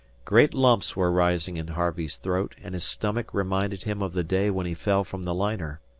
great lumps were rising in harvey's throat, and his stomach reminded him of the day when he fell from the liner.